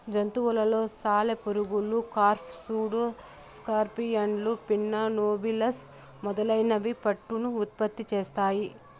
జంతువులలో సాలెపురుగులు, కార్ఫ్, సూడో స్కార్పియన్లు, పిన్నా నోబిలస్ మొదలైనవి పట్టును ఉత్పత్తి చేస్తాయి